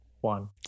One